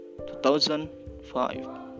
2005